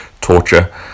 torture